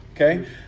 Okay